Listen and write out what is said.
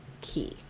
key